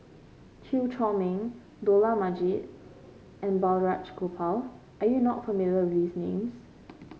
Chew Chor Meng Dollah Majid and Balraj Gopal are you not familiar with these names